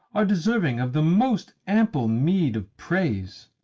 are deserving of the most ample meed of praise.